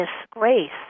disgrace